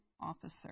officer